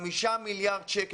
חמישה מיליארד שקלים.